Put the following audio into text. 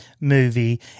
movie